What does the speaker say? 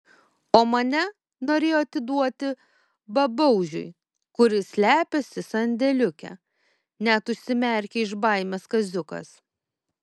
o mane norėjo atiduoti babaužiui kuris slepiasi sandėliuke net užsimerkė iš baimės kaziukas